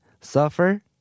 suffer